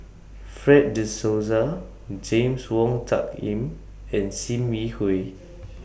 Fred De Souza James Wong Tuck Yim and SIM Yi Hui